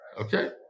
Okay